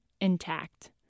intact